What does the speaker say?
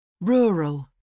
Rural